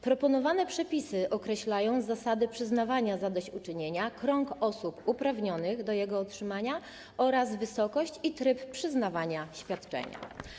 Proponowane przepisy określają zasady przyznawania zadośćuczynienia, krąg osób uprawnionych do jego otrzymania oraz wysokość i tryb przyznawania świadczenia.